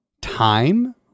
time